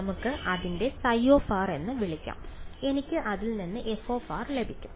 നമുക്ക് അതിനെ ϕ എന്ന് വിളിക്കാം എനിക്ക് അതിൽ നിന്ന് f ലഭിക്കും